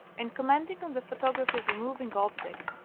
in commenting on the photography of a moving object,